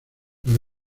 los